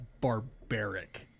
barbaric